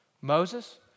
Moses